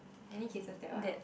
any cases that one